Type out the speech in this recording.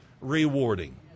rewarding